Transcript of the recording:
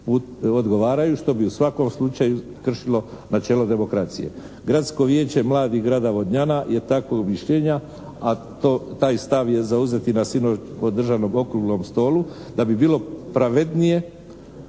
odgovaraju što bi u svakom slučaju kršilo načelo demokracije. Gradsko vijeće mladih grada Vodnjana je takvog mišljenja, a taj stav je zauzet i na sinoć održanom Okruglom stolu da bi bilo pravednije